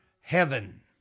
heaven